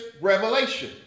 revelation